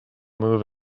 move